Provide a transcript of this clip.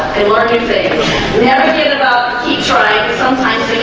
and larkin's it never get about each right, sometimes